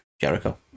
Jericho